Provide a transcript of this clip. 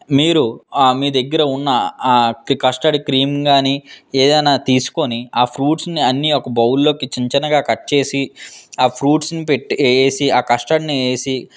మీరు మీ దగ్గర ఉన్న కస్టర్డ్ క్రీమ్ కానీ ఏదైనా తీసుకుని ఆ ఫ్రూట్స్ని అన్నీ ఒక బౌల్ లోకి చిన్న చిన్నగా కట్ చేసి ఆ ఫ్రూట్స్ని పెట్టి వేసి ఆ కస్టర్డ్ని వేసి